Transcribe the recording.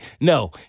No